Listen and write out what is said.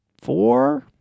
four